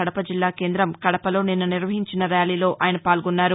కడప జిల్లా కేంద్రం కడప లో నిన్న నిర్వహించిన ర్యాలీలో ఆయన పాల్గొన్నారు